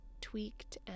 tweaked